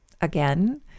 again